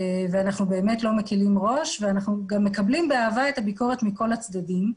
אנחנו באמת לא מקבלים ראש ואנחנו מקבלים באהבה את הביקורת מכל הצדדים.